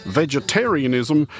vegetarianism